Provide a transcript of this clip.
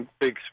big